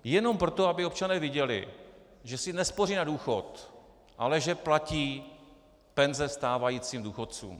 Jen proto, aby občané viděli, že si nespoří na důchod, ale že platí penze stávajícím důchodcům.